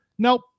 nope